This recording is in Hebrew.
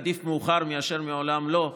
עדיף מאוחר מאשר לעולם לא,